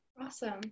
Awesome